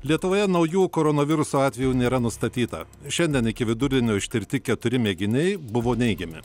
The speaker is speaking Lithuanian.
lietuvoje naujų koronaviruso atvejų nėra nustatyta šiandien iki vidurdienio ištirti keturi mėginiai buvo neigiami